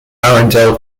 arundel